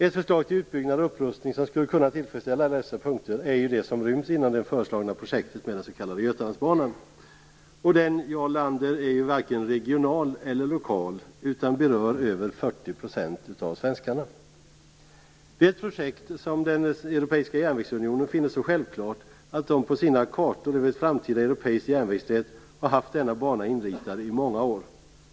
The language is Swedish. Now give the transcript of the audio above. Ett förslag till utbyggnad och upprustning som skulle kunna tillfredsställa alla dessa aspekter är det som ryms inom det föreslagna projektet med den s.k. Götalandsbanan. Och denna, Jarl Lander, är varken regional eller lokal utan berör över 40 % av svenskarna. Det är ett projekt som den europeiska järnvägsunionen finner så självklart att den på sina kartor över ett framtida europeiskt järnvägsnät har haft denna bana inritad i många år.